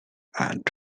and